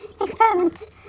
experiments